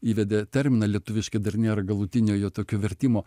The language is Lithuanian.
įvedė terminą lietuviškai dar nėra galutinio jo tokio vertimo